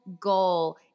goal